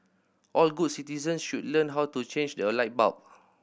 all good citizens should learn how to change a light bulb